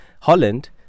Holland